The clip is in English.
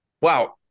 Wow